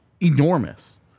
enormous